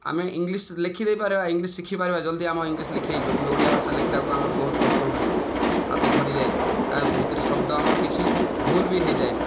ଆମେ ଇଂଲିଶ ଲେଖିଦେଇ ପାରିବା ଇଂଲିଶ ଶିଖିପାରିବା ଜଲ୍ଦି ଆମ ଇଂଲିଶ ଲେଖିହୋଇଯିବ କିନ୍ତୁ ଓଡ଼ିଆ ଭାଷାକୁ ଆମ ବହୁତ କଷ୍ଟ ହୁଏ ହାତ ଥରିଯାଏ ତା' ଭିତରେ ଶବ୍ଦ ଆମର କିଛି ଭୁଲ ବି ହୋଇଯାଏ